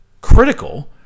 critical